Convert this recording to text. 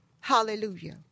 Hallelujah